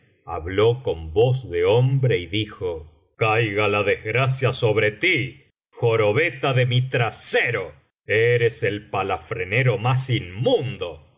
habló con voz de hombre y dijo caiga la desgracia sobre ti jorobeta de mi trasero eres el palaf ranero más inmundo al